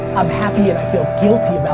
i'm happy and i feel guilty about